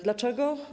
Dlaczego?